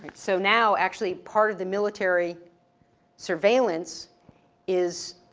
so now actually, part of the military surveillance is